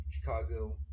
Chicago